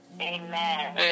Amen